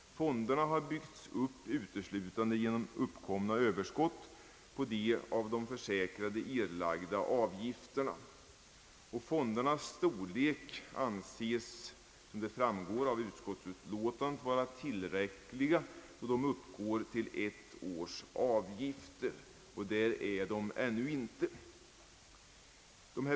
Fonderna har byggts upp uteslutande genom uppkomna överskott på de av de försäkrade erlagda avgifterna. Fondernas storlek anses, som också framgår av utskottsutlåtandet, vara tillräcklig när den uppgår till ett belopp motsvarande ett års avgifter, och det beloppet har ännu inte uppnåtts.